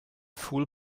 fool